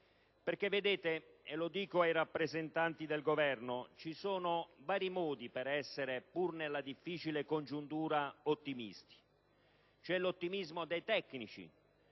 Vedete, e lo dico ai rappresentanti del Governo, ci sono vari modi per essere, pur nella difficile congiuntura, ottimisti: c'è l'ottimismo dei tecnici,